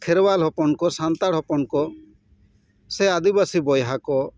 ᱠᱷᱮᱨᱣᱟᱞ ᱦᱚᱯᱚᱱ ᱠᱚ ᱥᱟᱱᱛᱟᱲ ᱦᱚᱯᱚᱱ ᱠᱚ ᱥᱮ ᱟᱹᱫᱤᱵᱟᱹᱥᱤ ᱵᱚᱭᱦᱟ ᱠᱚ